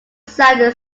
sam